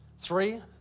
Three